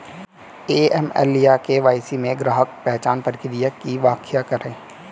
AML या KYC में ग्राहक पहचान प्रक्रिया की व्याख्या करें?